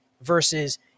versus